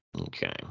Okay